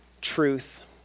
truth